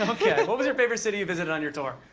ok. what was your favorite city you visited on your tour?